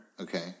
Okay